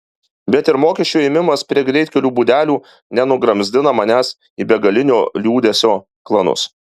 bet ir mokesčių ėmimas prie greitkelių būdelių nenugramzdina manęs į begalinio liūdesio klanus